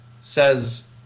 Says